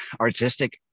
artistic